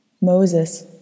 Moses